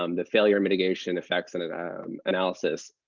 um the failure mitigation effects and and um analysis,